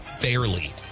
barely